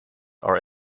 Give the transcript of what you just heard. are